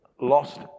lost